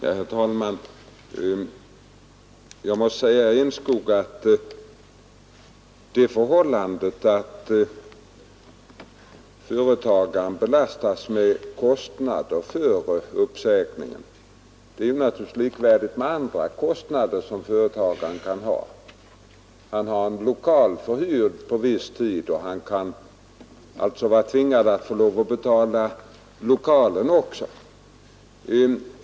Herr talman! Jag måste säga herr Enskog att de kostnader som företagaren belastas med i samband med uppsägningen naturligtvis är likvärdiga med andra kostnader som företagaren kan ha. Han har en lokal förhyrd på viss tid, och han kan alltså vara tvingad att betala lokalen också.